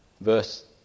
Verse